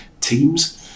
teams